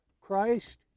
Christ